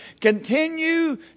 Continue